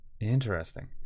Interesting